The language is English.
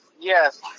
Yes